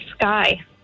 Sky